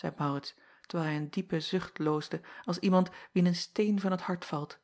zeî aurits terwijl hij een diepen zucht loosde als iemand wien een steen van t hart valt